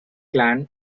clan